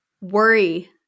Worry